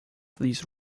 these